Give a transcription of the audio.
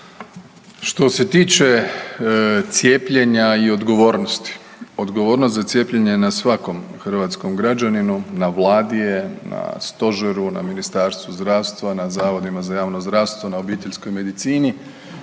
Što se tiče cijepljenja i odgovornosti, odgovornost za cijepljenje je na svakom hrvatskom građaninu, na Vladi je na stožeru na Ministarstvu zdravstva, na zavodima za javno zdravstvo, na obiteljskoj medicini